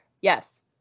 Yes